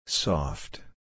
Soft